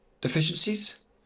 deficiencies